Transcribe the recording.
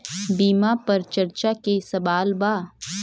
बीमा पर चर्चा के सवाल बा?